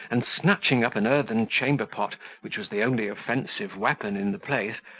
and, snatching up an earthen chamber-pot, which was the only offensive weapon in the place,